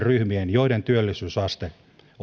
joiden työllisyysaste